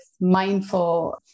mindful